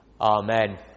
Amen